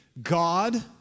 God